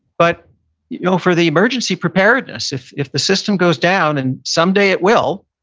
but you know, for the emergency preparedness, if if the system goes down and someday it will,